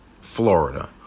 Florida